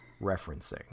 referencing